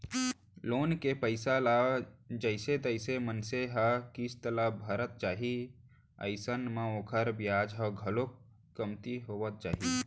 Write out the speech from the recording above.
loan के पइसा ल जइसे जइसे मनसे ह किस्ती ल भरत जाही अइसन म ओखर बियाज ह घलोक कमती होवत जाही